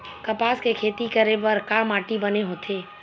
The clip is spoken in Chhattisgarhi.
कपास के खेती करे बर का माटी बने होथे?